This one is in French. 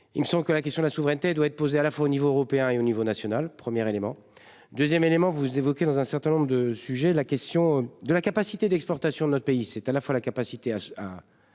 Il me semble que la question de la souveraineté doit être posée à la fois au niveau européen et au niveau national, premier élément 2ème élément vous évoquez dans un certain nombre de sujets, la question de la capacité d'exportation de notre pays, c'est à la fois la capacité à